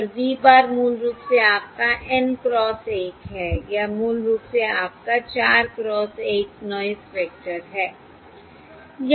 और V bar मूल रूप से आपका N क्रॉस 1 है या मूल रूप से आपका 4 क्रॉस 1 नॉयस वेक्टर है